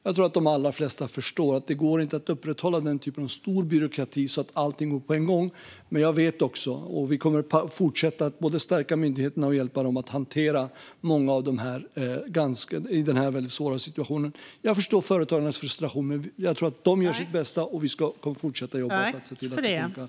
Jag tror att de allra flesta förstår att det inte går att upprätthålla den typen av stor byråkrati så att allting går på en gång, men vi kommer att fortsätta att både stärka myndigheterna och hjälpa dem att hantera den här väldigt svåra situationen. Jag förstår företagarnas frustration, men jag tror att myndigheterna gör sitt bästa, och vi ska fortsätta att jobba för att se till att det funkar.